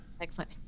excellent